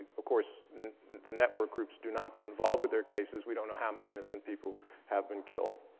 of course the network groups do not get involved with their cases. we don't know how many innocent people have been killed.